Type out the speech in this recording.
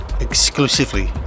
exclusively